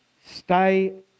Stay